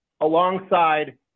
alongside